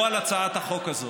לא על הצעת החוק הזאת.